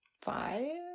five